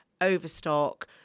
overstock